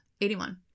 81